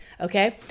Okay